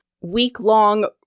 week-long